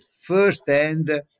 first-hand